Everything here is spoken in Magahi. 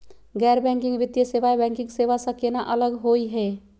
गैर बैंकिंग वित्तीय सेवाएं, बैंकिंग सेवा स केना अलग होई हे?